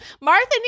Martha